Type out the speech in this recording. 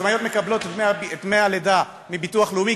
עצמאיות מקבלות את דמי הלידה מהביטוח הלאומי.